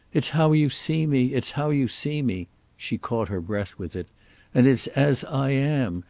it's how you see me, it's how you see me she caught her breath with it and it's as i am,